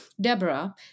Deborah